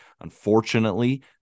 Unfortunately